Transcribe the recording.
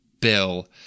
Bill